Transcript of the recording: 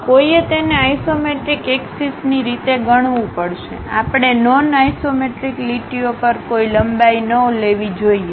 કોઈએ તેને isometric axis ની રીતે ગણવું પડશે આપણે નોન આઇસોમેટ્રિક લીટીઓ પર કોઈ લંબાઈ ન લેવી જોઈએ